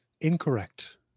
Incorrect